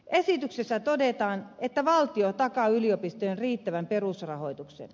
esityksessä todetaan että valtio takaa yliopistojen riittävän perusrahoituksen